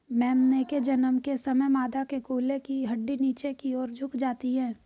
मेमने के जन्म के समय मादा के कूल्हे की हड्डी नीचे की और झुक जाती है